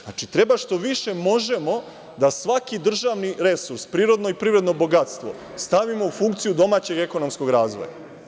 Znači treba što više možemo da svaki državni resurs privredno i prirodno bogatstvo, stavimo u funkciju domaćeg ekonomskog razvoja.